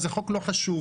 זה חוק לא חשוב.